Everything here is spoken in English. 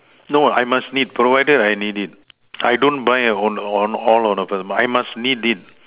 no I must need provided I need it I don't buy on on all offers but I must need it